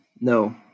No